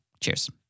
Cheers